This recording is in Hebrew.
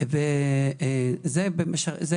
היה עדיף